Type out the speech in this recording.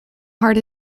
heart